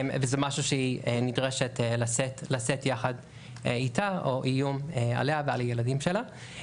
וזה משהו שהיא נדרשת לשאת יחד איתה או איום עליה ועל הילדים שלה.